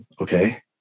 okay